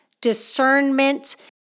discernment